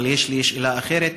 אבל יש לי שאלה אחרת.